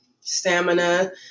stamina